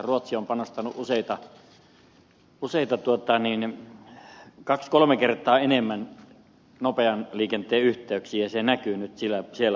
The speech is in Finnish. ruotsi on panostanut kaksi kolme kertaa enemmän nopean liikenteen yhteyksiin ja se näkyy nyt sillä puolella